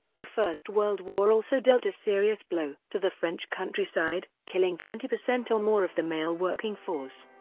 the first world war also dealt a serious blow to the french countryside, killing twenty percent or more of the male working force.